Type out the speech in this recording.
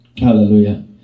Hallelujah